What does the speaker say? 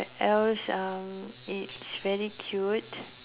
else um it's very cute